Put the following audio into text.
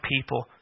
people